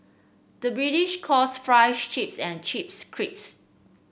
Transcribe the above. the British calls fries chips and chips